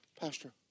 Pastor